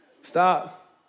Stop